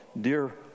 dear